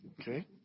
Okay